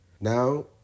Now